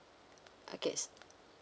okay